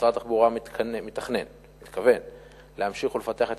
משרד התחבורה מתכוון להמשיך ולפתח את